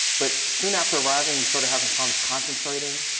but soon after arriving he started having problems concentrating.